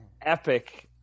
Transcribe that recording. epic